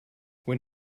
when